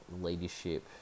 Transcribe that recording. leadership